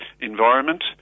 environment